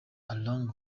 along